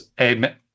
amen